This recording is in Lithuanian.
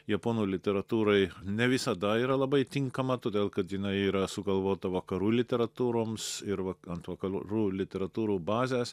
japonų literatūrai ne visada yra labai tinkama todėl kad jinai yra sugalvota vakarų literatūroms ir va ant vakarų literatūrų bazės